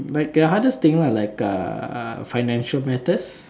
mm like a hardest thing lah like uh financial matters